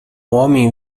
homem